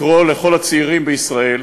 לקרוא לכל הצעירים בישראל,